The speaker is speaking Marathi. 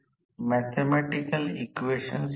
ते स्लिप आहे